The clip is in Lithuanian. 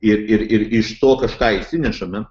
ir ir ir iš to kažką išsinešame